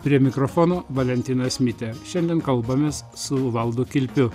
prie mikrofono valentinas mitė šiandien kalbamės su valdu kilpiu